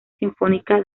sinfónica